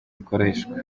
ikoreshwa